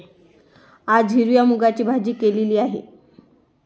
आज हिरव्या मूगाची भाजी केलेली आहे